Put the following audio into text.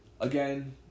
again